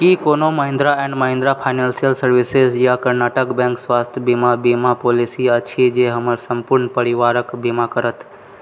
की कोनो Mahindra and Mahindra financial services वा Karnataka bank स्वास्थ्य बीमा बीमा पॉलिसी अछि जे हमर सम्पूर्ण परिवारके बीमा करत